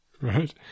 right